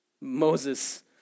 Moses